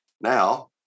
Now